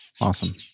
Awesome